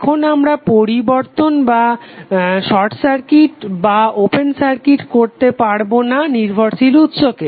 এখন আমরা পরিবর্তন বা শর্ট সার্কিট বা ওপেন সার্কিট করতে পারবো না নির্ভরশীল উৎসকে